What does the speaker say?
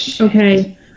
Okay